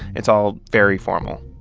it's all very formal.